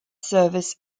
service